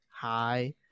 Hi